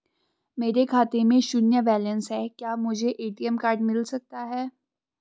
मेरे खाते में शून्य बैलेंस है क्या मुझे ए.टी.एम कार्ड मिल सकता है?